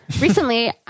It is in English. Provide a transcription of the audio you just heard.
Recently